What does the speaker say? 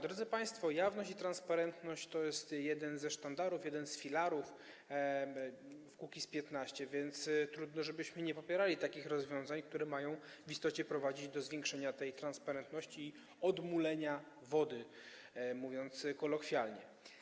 Drodzy państwo, jawność i transparentność to jest jeden ze sztandarów, jeden z filarów Kukiz’15, więc trudno, żebyśmy nie popierali takich rozwiązań, które mają w istocie prowadzić do zwiększenia tej transparentności, odmulenia wody, mówiąc kolokwialnie.